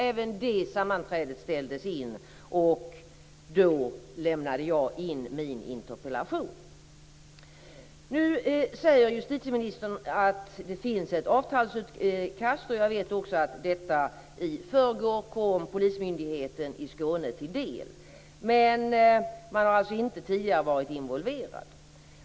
Även det sammanträdet ställdes in, och då lämnade jag in min interpellation. Nu säger justitieministern att det finns ett avtalsutkast, och jag vet också att detta i förrgår kom polismyndigheten i Skåne till del. Men man har alltså inte tidigare varit involverad.